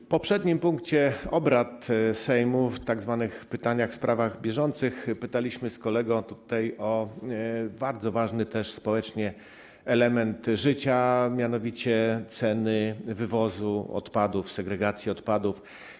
W poprzednim punkcie obrad Sejmu w tzw. pytaniach w sprawach bieżących pytaliśmy z kolegą o bardzo ważny społecznie element życia, a mianowicie o ceny wywozu odpadów, segregacji odpadów.